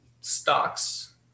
stocks